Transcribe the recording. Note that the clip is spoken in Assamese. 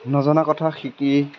নজনা কথা শিকি